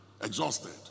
exhausted